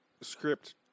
script